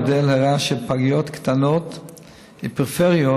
המודל הראה שפגיות קטנות ופריפריאליות